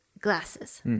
glasses